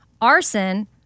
Arson